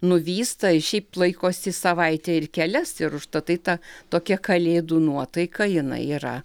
nuvysta ir šiaip laikosi savaitę ir kelias ir užtatai ta tokia kalėdų nuotaika jinai yra